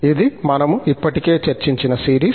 ఇది మనము ఇప్పటికే చర్చించిన సిరీస్